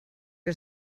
que